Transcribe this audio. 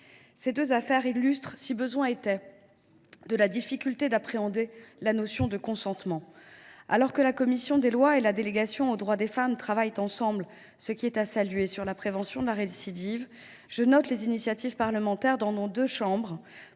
Ces deux dossiers illustrent, si besoin était, la difficulté d’appréhender la notion de consentement. Alors que la commission des lois et la délégation aux droits des femmes travaillent ensemble, ce qui est à saluer, sur la prévention de la récidive, je note les initiatives parlementaires, dans nos deux chambres,